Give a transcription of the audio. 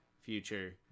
future